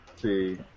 See